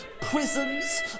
prisons